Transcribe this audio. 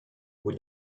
vous